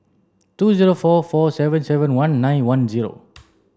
two zero four four seven seven one nine one zero